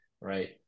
right